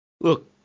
Look